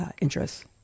interests